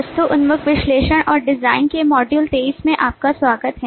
वस्तु उन्मुख विश्लेषण और डिजाइन के मॉड्यूल 23 में आपका स्वागत है